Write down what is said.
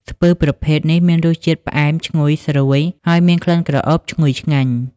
ស្ពឺប្រភេទនេះមានរសជាតិផ្អែមឈ្ងុយ ស្រួយ ហើយមានក្លិនក្រអូបឈ្ងុយឆ្ងាញ់។